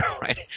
right